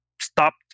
stopped